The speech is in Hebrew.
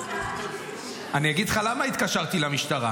אני אגיד לך למה התקשרתי למשטרה.